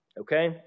Okay